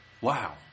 Wow